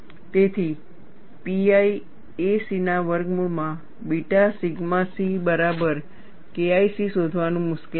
તેથી pi a c ના વર્ગમૂળમાં બીટા સિગ્મા c બરાબર KIC શોધવાનું મુશ્કેલ છે